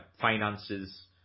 finances